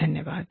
धन्यवाद